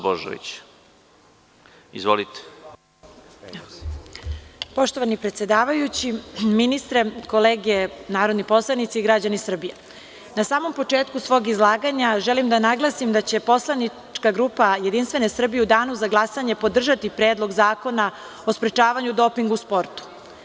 Poštovani predsedavajući, ministre, kolege narodni poslanici i građani Srbije, na samom početku svog izlaganja želim da naglasim da će poslanička grupa Jedinstvene Srbije u danu za glasanje podržati Predlog zakona o sprečavanju dopinga u sportu.